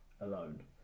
alone